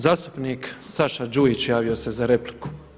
Zastupnik Saša Đujić javio se za repliku.